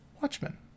Watchmen